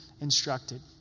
instructed